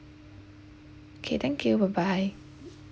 okay thank you bye bye